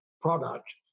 product